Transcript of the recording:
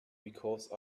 because